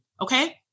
okay